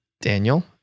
Daniel